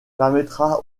permettra